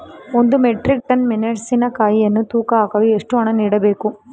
ಒಂದು metric ton ಮೆಣಸಿನಕಾಯಿಯನ್ನು ತೂಕ ಹಾಕಲು ಎಷ್ಟು ಹಣ ನೀಡಬೇಕು?